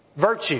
Virtue